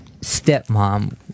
Stepmom